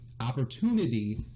opportunity